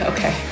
Okay